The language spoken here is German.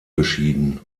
beschieden